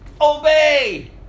Obey